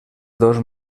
dos